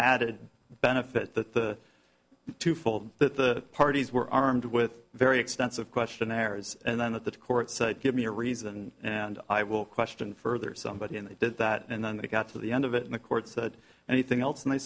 added benefit that the two fold the parties were armed with very extensive questionnaires and then the court said give me a reason and i will question further somebody and they did that and then they got to the end of it in the courts that anything else and